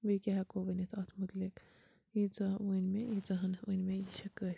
بیٚیہِ کیٛاہ ہیٚکو ؤنِتھ اتھ متعلق ییٖژاہ ؤنۍ مےٚ ییٖژاہ ہان ؤنۍ مےٚ یہِ چھُ کٲفی